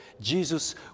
Jesus